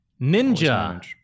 Ninja